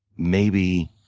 maybe